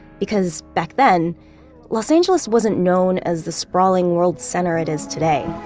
because back then los angeles wasn't known as the sprawling world center it is today